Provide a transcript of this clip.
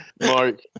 Mark